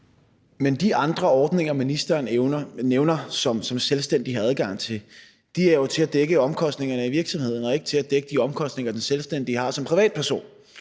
Men de andre ordninger, ministeren nævner, som selvstændige har adgang til, er jo til at dække omkostningerne i virksomheden og ikke til at dække de omkostninger, den selvstændige har som privatperson.